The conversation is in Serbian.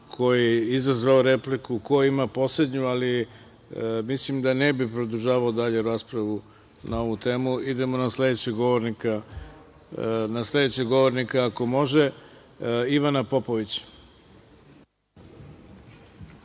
ko je izazvao repliku, ko ima poslednju, ali da ne bih produžavao dalju raspravu na ovu temu, idemo na sledećeg govornika. Reč ima Ivana Popović.